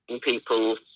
people